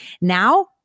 now